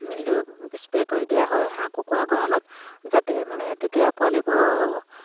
মিলটো spray কৰি দিয়া হয় হাঁহ কুকুৰাৰ গঁৰালত যাতে মানে তেতিয়া পোৱালিবোৰৰ